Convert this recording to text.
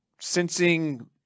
sensing